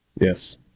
Yes